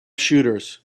shooters